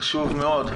חשוב מאוד,